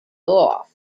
off